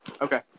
Okay